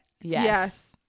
Yes